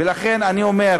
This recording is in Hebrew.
ולכן אני אומר,